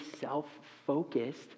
self-focused